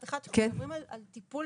כשמדברים על טיפול